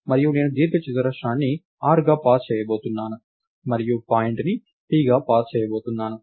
మరియు నేను దీర్ఘచతురస్రాన్ని rగా పాస్ చేయబోతున్నాను మరియు పాయింట్ ని pగా పాస్ చేయబోతున్నాను